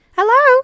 Hello